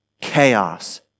Chaos